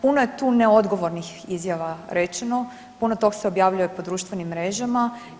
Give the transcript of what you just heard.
Puno je tu neodgovornih izjava rečeno, puno tog se objavljuje po društvenim mrežama.